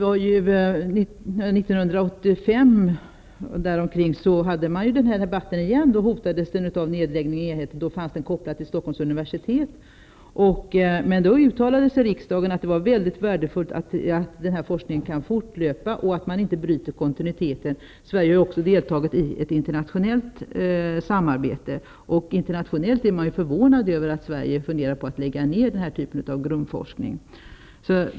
Fru talman! Omkring år 1985 fördes den här debatten. Denna enhet, som då var kopplad till Stockholms universitet, hotades också vid det tillfället av nedläggning. Riksdagen uttalade då att det var mycket värdefullt att denna forskning kunde fortsätta och att kontinuiteten inte skulle brytas. Sverige har också i detta sammanhang deltagit i ett internationellt samarbete, och internationellt är man förvånad över att vi i Sverige funderar på att lägga ned den här typen av grundforskning.